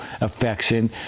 affection